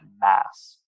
mass